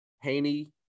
Haney